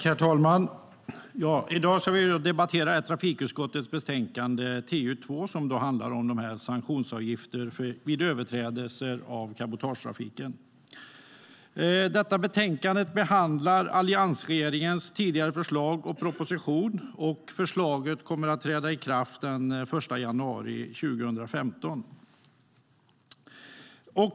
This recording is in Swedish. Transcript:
Herr talman! I dag ska vi debattera trafikutskottets betänkande TU2, som handlar om sanktionsavgifter vid överträdelser av cabotagereglerna. Betänkandet behandlar alliansregeringens förslag och proposition. Bestämmelserna kommer att träda i kraft den 1 januari 2015.